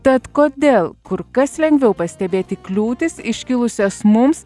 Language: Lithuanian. tad kodėl kur kas lengviau pastebėti kliūtis iškilusias mums